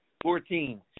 Fourteen